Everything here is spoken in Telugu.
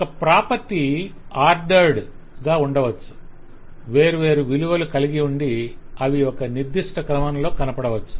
ఒక ప్రాపర్టీ ఆర్డర్డ్ గా ఉండవచ్చు వేర్వేరు విలువలలు కలిగియుండి అవి ఒక నిర్దిష్ట క్రమంలో కనపడవచ్చు